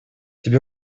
тебе